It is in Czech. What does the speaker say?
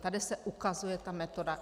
Tady se ukazuje ta metoda.